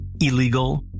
illegal